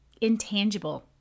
intangible